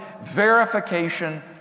verification